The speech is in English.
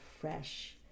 fresh